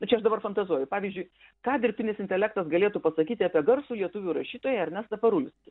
nu čia aš dabar fantazuoju pavyzdžiui ką dirbtinis intelektas galėtų pasakyti apie garsų lietuvių rašytoją ernestą parulskį